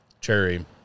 cherry